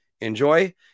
enjoy